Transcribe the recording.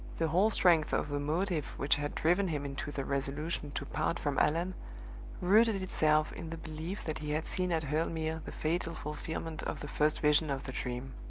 the whole strength of the motive which had driven him into the resolution to part from allan rooted itself in the belief that he had seen at hurle mere the fatal fulfillment of the first vision of the dream.